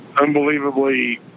unbelievably